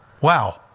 Wow